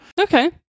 Okay